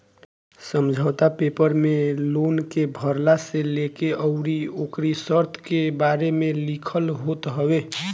समझौता पेपर में लोन के भरला से लेके अउरी ओकरी शर्त के बारे में लिखल होत हवे